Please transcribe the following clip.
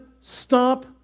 stop